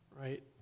right